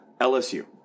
LSU